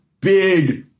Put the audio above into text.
big